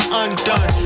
undone